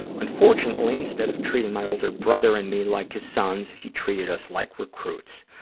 unfortunately, instead of treating my older brother and me like his sons, he treated us like recruits.